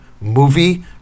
movie